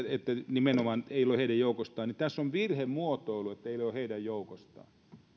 nimenomaan näiden täällä asuvien joukosta niin tässä on virhemuotoilu eivät ole heidän joukostaan minä